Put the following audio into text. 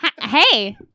hey